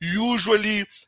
Usually